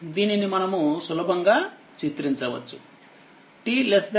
దీనిని మనము సులభంగా చిత్రించవచ్చు